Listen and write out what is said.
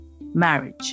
marriage